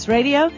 Radio